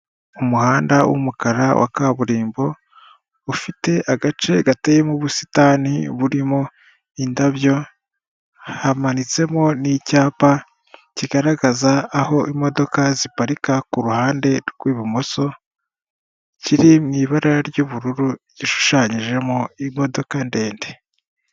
Umuhanda w'umukara wa kaburimbo ufite agace gateye mu busitani burimo indabyo hamanitsemo n'icyapa kigaragaza aho imodoka ziparika, ku ruhande rw'ibumoso kiriho ibara ry'ubururu gishushanyijemo imodoka ndende.